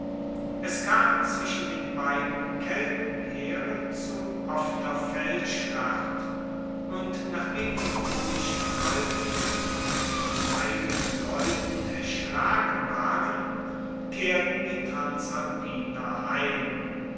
es kam zwischen den beiden keltenheeren zu offener feldschlacht und nachdem die boischen haeuptlinge von ihren eigenen leuten erschlagen waren kehrten die transalpiner heim